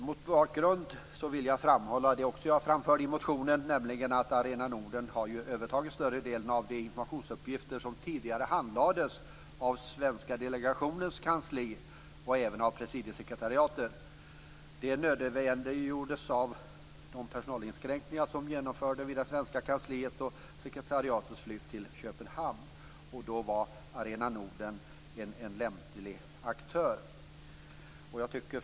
Mot den bakgrunden vill jag framhålla det jag också framförde i motionen, nämligen att Arena Norden har övertagit större delen av de informationsuppgifter som tidigare handlades av den svenska delegationens kansli och även av presidiesekretariatet. Det nödvändiggjordes av de personalinskränkningar som genomfördes vid det svenska kansliet och sekretariatets flytt till Köpenhamn. Då var Arena Norden en lämplig aktör. Fru talman!